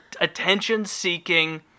attention-seeking